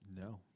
No